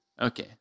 Okay